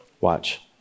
Watch